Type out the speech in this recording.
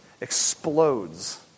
explodes